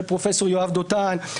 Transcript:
של פרופ' יואב דותן,